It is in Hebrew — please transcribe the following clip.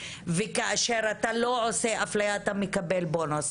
וכאשר אתה לא עושה אפליה אתה מקבל בונוס.